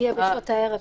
שהגיעה אתמול בשעות הערב.